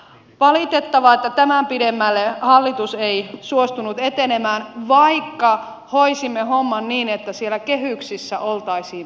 valitettavaa että tämän pidemmälle hallitus ei suostunut etenemään vaikka hoidimme homman niin että siellä kehyksissä oltaisiin pysytty